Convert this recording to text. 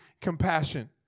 compassion